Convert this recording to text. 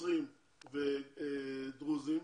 נוצרים ודרוזים.